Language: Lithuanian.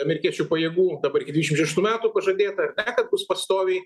amerikiečių pajėgų dabar iki dvidešim šeštų metų pažadėta kad bus pastoviai